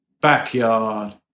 Backyard